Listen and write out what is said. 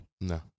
No